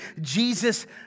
Jesus